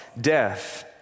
death